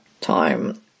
time